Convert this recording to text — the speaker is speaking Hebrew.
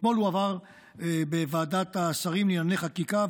אתמול הועבר בוועדת השרים לענייני חקיקה,